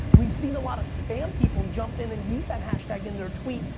we've seen a lot of spam people jump in and use that hashtag in their tweet,